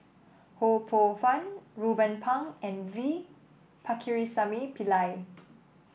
Ho Poh Fun Ruben Pang and V Pakirisamy Pillai